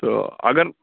تہٕ اگر